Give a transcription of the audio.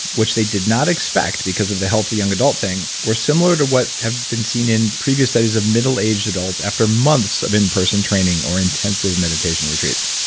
which they did not expect because of the healthy young adult thing, were similar to what have been seen in previous studies of middle aged adults after months of in-person training or intensive meditation retreats